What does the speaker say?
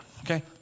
okay